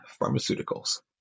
Pharmaceuticals